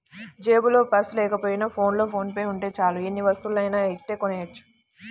జేబులో పర్సు లేకపోయినా ఫోన్లో ఫోన్ పే ఉంటే చాలు ఎన్ని వస్తువులనైనా ఇట్టే కొనెయ్యొచ్చు